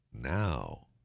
Now